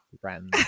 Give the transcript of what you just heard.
friends